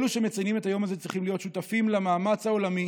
אלו שמציינים את היום הזה צריכים להיות שותפים למאמץ העולמי